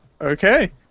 Okay